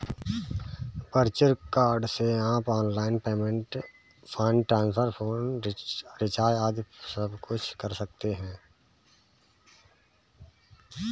virtual card से आप online payment, fund transfer, phone recharge आदि सबकुछ कर सकते हैं